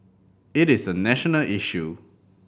it is a national issue